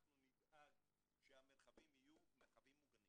אנחנו נדאג שהמרחבים יהיו מרחבים מוגנים